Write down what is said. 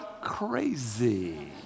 Crazy